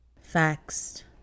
Facts